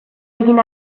egin